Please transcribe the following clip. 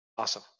awesome